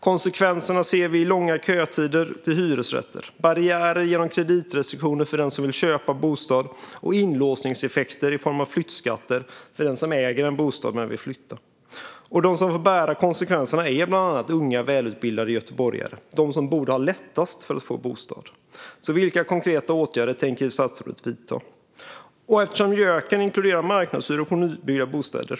Konsekvenserna ser vi i form av långa kötider till hyresrätter, barriärer genom kreditrestriktioner för den som vill köpa en bostad och inlåsningseffekter i form av flyttskatter för den som äger en bostad men vill flytta. Och de som får ta konsekvenserna är bland annat unga och välutbildade göteborgare, de som borde ha lättast att få en bostad. Vilka konkreta åtgärder tänker statsrådet vidta? Januariöverenskommelsen inkluderar marknadshyror på nybyggda bostäder.